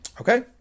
Okay